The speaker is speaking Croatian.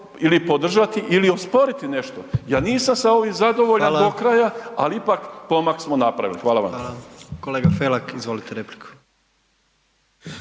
ili podržati ili osporiti nešto. Ja nisam sa ovim zadovoljan do kraja ali ipak, pomak smo napravili. Hvala vam. **Jandroković, Gordan (HDZ)** Hvala. Kolega Felak, izvolite repliku.